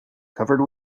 covered